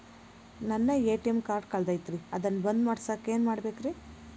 ನನ್ನ ATM card ಕಳದೈತ್ರಿ ಅದನ್ನ ಬಂದ್ ಮಾಡಸಾಕ್ ಏನ್ ಮಾಡ್ಬೇಕ್ರಿ?